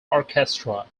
orchestra